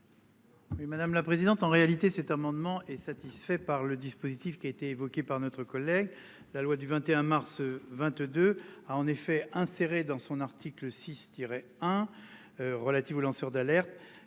Oui madame la présidente. En réalité, cet amendement est satisfait par le dispositif qui a été évoqué par notre collègue. La loi du 21 mars 22 a en effet inséré dans son article 6 tirer hein. Relatives aux lanceurs d'alerte.